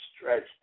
stretch